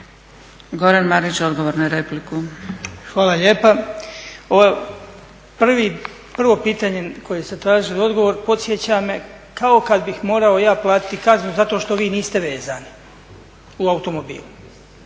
**Marić, Goran (HDZ)** Hvala lijepa. Ovo prvo pitanje na koje ste tražili odgovor podsjeća me kao kad bih morao ja platiti kaznu zato što vi niste vezani u automobilu.